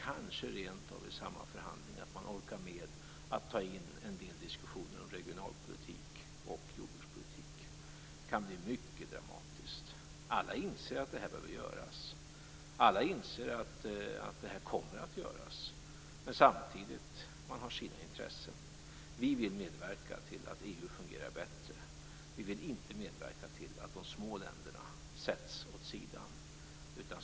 Kanske orkar man rent av med att vid samma förhandling ta in en del diskussioner om regionalpolitik och jordbrukspolitik. Det kan bli mycket dramatiskt. Alla inser att det här behöver göras, och alla inser att det kommer att göras. Men samtidigt har man sina intressen. Vi vill medverka till att EU fungerar bättre. Vi vill inte medverka till att de små länderna sätts åt sidan.